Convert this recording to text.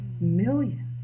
millions